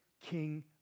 king